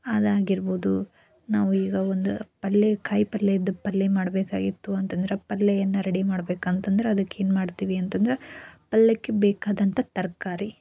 ಅದಾಗಿರ್ಬೋದು ನಾವು ಈಗ ಒಂದು ಪಲ್ಯ ಕಾಯಿ ಪಲ್ಯ ಇದು ಪಲ್ಯ ಮಾಡಬೇಕಾಗಿತ್ತು ಅಂತಂದ್ರೆ ಪಲ್ಯ ಏನು ರೆಡಿ ಮಾಡ್ಬೇಕಂತಂದ್ರೆ ಅದಕ್ಕೇನು ಮಾಡ್ತೀವಿ ಅಂತಂದ್ರೆ ಪಲ್ಯಕ್ಕೆ ಬೇಕಾದಂತಹ ತರಕಾರಿ